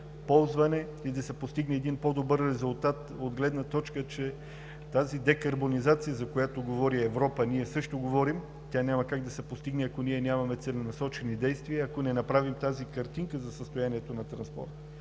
и да се постигне един по-добър резултат от гледна точка на тази декарбонизация, за която говори Европа, ние също говорим. Тя няма как да се постигне, ако ние нямаме целенасочени действия и ако не направим тази картинка за състоянието на транспорта.